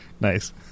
Nice